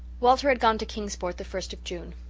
walter had gone to kingsport the first of june.